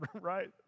Right